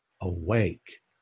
awake